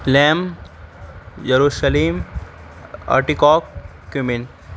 کیومن